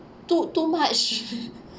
too too much